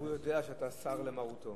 הוא יודע שאתה סר למרותו.